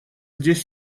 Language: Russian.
здесь